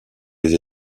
les